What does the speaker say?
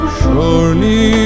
surely